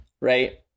right